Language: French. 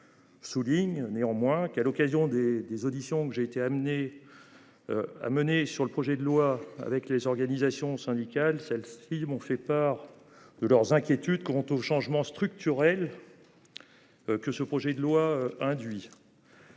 Souligne néanmoins qu'à l'occasion des des auditions que j'ai été amené. À mener sur le projet de loi avec les organisations syndicales, celles-ci m'ont fait part de leurs inquiétudes quant aux changements structurels. Que ce projet de loi induire.